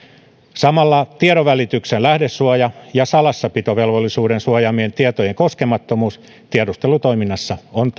samalla tiedonvälityksen lähdesuoja ja salassapitovelvollisuuden suojaamien tietojen koskemattomuus tiedustelutoiminnassa on